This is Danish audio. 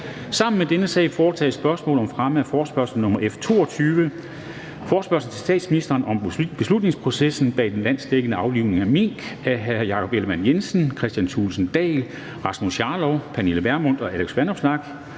Sammen med dette punkt foretages: 2) Spørgsmål om fremme af forespørgsel nr. F 22: Forespørgsel til statsministeren om beslutningsprocessen bag den landsdækkende aflivning af mink. Af Jakob Ellemann-Jensen (V), Kristian Thulesen Dahl (DF), Søren Pape Poulsen (KF), Pernille Vermund (NB) og Alex Vanopslagh